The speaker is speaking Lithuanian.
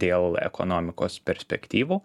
dėl ekonomikos perspektyvų